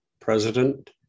President